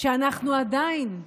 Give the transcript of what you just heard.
שאנחנו עדיין,